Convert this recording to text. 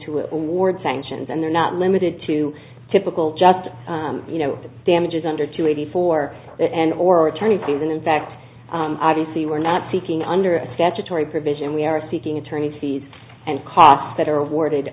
to award sanctions and they're not limited to typical just you know the damages under to eighty four and or attorney fees and in fact obviously we're not seeking under a statutory provision we are seeking attorneys fees and costs that are awarded